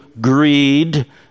greed